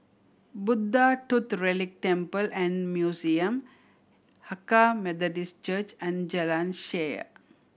Buddha Tooth Relic Temple and Museum Hakka Methodist Church and Jalan Shaer